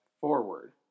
forward